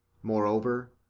moreover,